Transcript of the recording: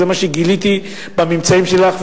זה מה שגיליתי בממצאים שלך.